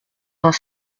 vingt